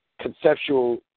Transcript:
conceptual